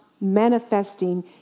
manifesting